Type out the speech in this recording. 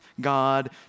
God